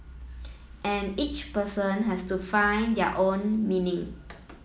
and each person has to find their own meaning